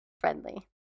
friendly